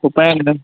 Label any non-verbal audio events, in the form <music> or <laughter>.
<unintelligible>